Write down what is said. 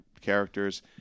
characters